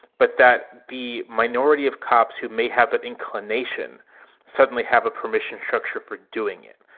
but that the minority of cops who may have an inclination suddenly have a permission structure for doing it.